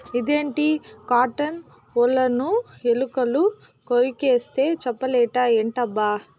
ఇదేంది కాటన్ ఒలను ఎలుకలు కొరికేస్తే చేపలేట ఎట్టబ్బా